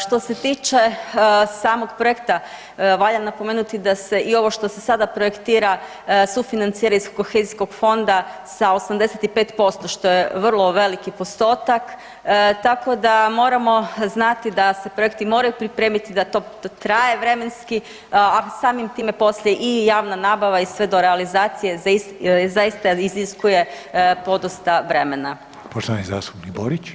Što se tiče samog projekta, valja napomenuti da se i ovo što se sada projektira, sufinancira iz kohezijskog fonda sa 85%, što je vrlo veliki postupak, tako da moramo znati da se projekti moraju pripremiti, da to traje vremenski a samim time poslije i javna nabava i sve do realizacije, zaista iziskuje podosta vremena.